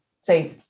say